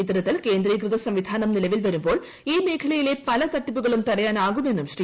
ഇത്തരത്തിൽ കേന്ദ്രീകൃത സംവിധാനം നിലവിൽ വരുമ്പോൾ ഈ മേഖലയിലെ പല തട്ടിപ്പുകളും തടയാനാകുമെന്നും ശ്രീ